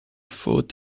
foot